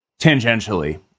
Tangentially